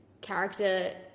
character